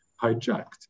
hijacked